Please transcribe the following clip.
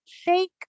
shake